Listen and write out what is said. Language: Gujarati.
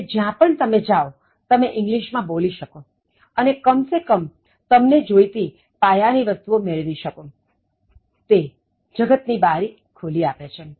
એટલે જ્યાં પણ તમે જાવ તમે ઇંગ્લીશ માં બોલી શકો અને કમ સે કમ તમને જોઈતી પાયાની વસ્તુઓ મેળવી શકો તે જગત ની બારી ખોલી આપે છે